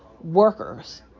workers